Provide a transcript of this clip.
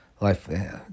life